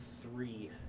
three